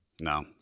No